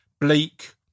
bleak